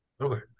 Okay